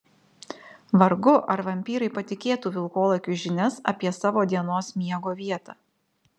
vargu ar vampyrai patikėtų vilkolakiui žinias apie savo dienos miego vietą